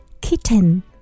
kitten